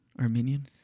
Armenian